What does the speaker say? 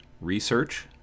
research